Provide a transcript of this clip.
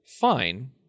fine